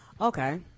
Okay